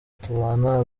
tubana